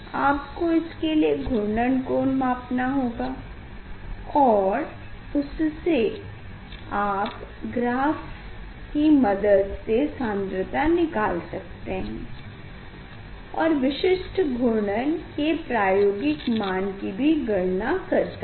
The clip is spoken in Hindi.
आपको इसके लिए घूर्णन कोण मापना होगा और उससे आप ग्राफ़ की मदद से सान्द्रता निकाल सकते है और विशिष्ट घूर्णन के प्रायोगिक मान की भी गणना कर सकते हैं